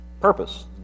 purpose